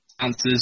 answers